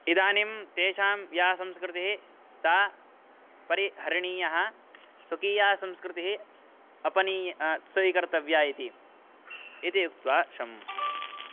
इदानीं तेषां या संस्कृतिः सा परिहरणीया स्वकीया संस्कृतिः अपनी स्वीकर्तव्या इति इति उक्त्वा शम्